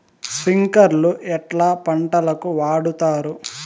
స్ప్రింక్లర్లు ఎట్లా పంటలకు వాడుతారు?